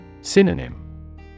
Synonym